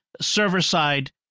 server-side